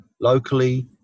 locally